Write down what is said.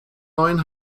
neuen